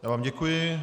Já vám děkuji.